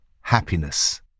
happiness